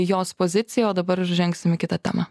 jos pozicija o dabar žengsim į kitą temą